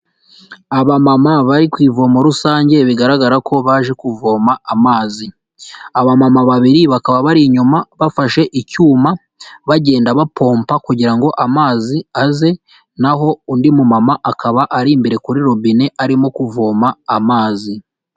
Aba mama bari ku ivomo rusange bigaragara ko baje kuvoma amazi, aba mama babiri bakaba bari inyuma bafashe icyuma bagenda bapompa kugirango amazi aze, naho undi mu mu mama akaba ari imbere kuri robine arimo kuvoma amazi.